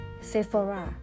sephora